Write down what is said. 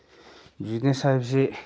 business ꯍꯥꯏꯕꯁꯤ